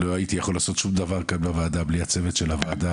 לא הייתי יכול לעשות שום דבר כאן בוועדה בלי הצוות של הוועדה.